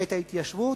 את ההתיישבות,